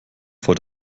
vor